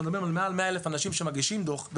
מדברים על מעל 100,000 אנשים שמגישים דוח,